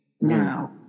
now